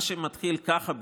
מה שמתחיל ככה,